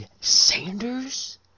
Sanders